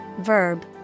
verb